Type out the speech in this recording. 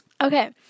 Okay